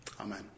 Amen